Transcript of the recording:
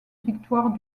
victoire